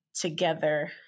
together